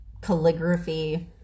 calligraphy